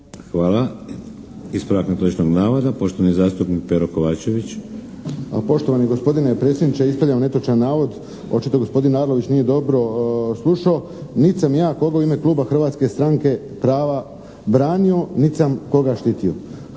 Hvala. Ispravak netočnog navoda, poštovani zastupnik Pero Kovačević. **Kovačević, Pero (HSP)** Pa poštovani gospodine predsjedniče, ispravljam netočan navod. Očito gospodin Arlović nije dobro sluš'o. Nit sam ja koga u ime kluba Hrvatske stranke prave branio, nit sam koga štitio.